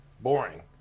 boring